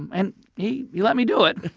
and he he let me do it.